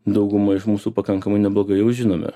dauguma iš mūsų pakankamai neblogai jau žinome